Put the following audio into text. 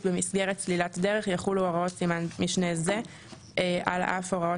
במסגרת סלילת דרך יחולו הוראות סימן משנה זה על אף הוראות